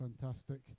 Fantastic